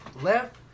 left